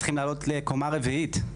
צריכים לעלות לקומה רביעית.